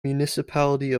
municipality